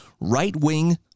right-wing